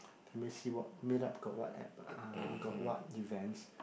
let me see what meetup got what app uh got what events